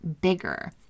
bigger